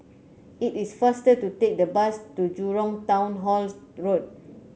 it is faster to take the bus to Jurong Town Hall Road